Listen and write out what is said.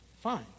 fine